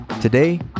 Today